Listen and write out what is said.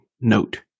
note